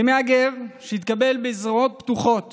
כמהגר שהתקבל בזרועות פתוחות